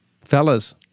Fellas